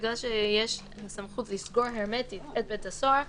כיוון שיש סמכות לסגור הרמטית את בית הסוהר,